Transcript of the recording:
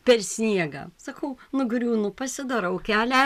per sniegą sakau nugriūnu pasidarau kelią